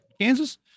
Kansas